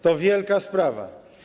To wielka sprawa.